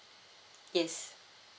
yes